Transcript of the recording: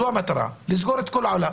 זו המטרה, לסגור את כל העולם.